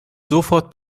sofort